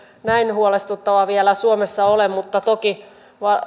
näin huolestuttava vielä suomessa ole mutta toki